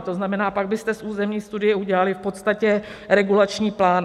To znamená, pak byste z územní studie udělali v podstatě regulační plán.